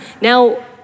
Now